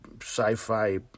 sci-fi